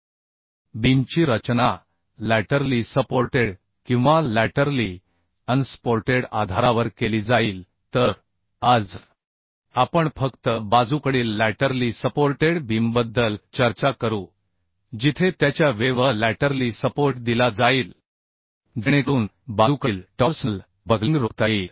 तर बीमची रचना लॅटरली सपोर्टेड किंवा लॅटरली अनसपोर्टेड आधारावर केली जाईल तर आज आपण फक्त लॅटरल लॅटरली सपोर्टेड बीमबद्दल चर्चा करू जिथे त्याच्या वेव्ह लॅटरली सपोर्ट दिला जाईल जेणेकरून लॅटरल टॉर्सनल बकलिंग रोखता येईल